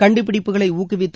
கண்டுபிடிப்புகளை ஊக்குவித்து